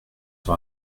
sur